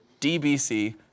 DBC